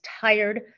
tired